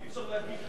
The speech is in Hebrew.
אי-אפשר להגיב פה.